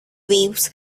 waves